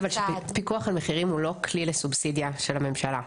פיקוח על מחירים הוא לא כלי לסובסידיה של הממשלה.